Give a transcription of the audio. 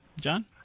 John